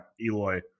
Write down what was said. Eloy